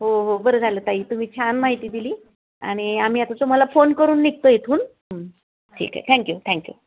हो हो बरं झालं ताई तुम्ही छान माहिती दिली आणि आम्ही आता तुम्हाला फोन करून निघतो इथून ठीक आहे थँक्यू थँक्यू